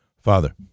father